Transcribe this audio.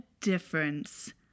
difference